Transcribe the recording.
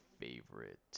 favorite